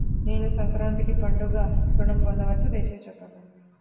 నేను సంక్రాంతికి పండుగ ఋణం పొందవచ్చా? దయచేసి చెప్పండి?